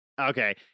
okay